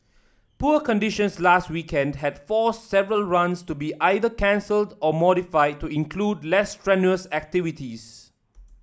poor conditions last weekend had forced several runs to be either cancelled or modified to include less strenuous activities